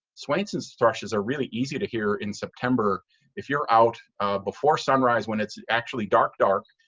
swainson's thrushes are really easy to hear in september if you're out before sunrise when it's actually dark-dark.